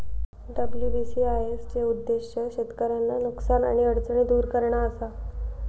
WBCIS चो उद्देश्य शेतकऱ्यांचा नुकसान आणि अडचणी दुर करणा असा